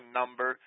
number